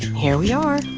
here we are.